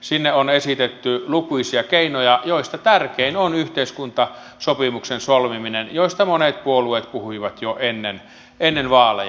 sinne on esitetty lukuisia keinoja joista tärkein on yhteiskuntasopimuksen solmiminen mistä monet puolueet puhuivat jo ennen vaaleja